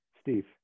Steve